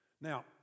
Now